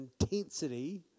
intensity